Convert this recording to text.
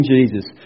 Jesus